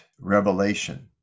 revelation